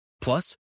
Plus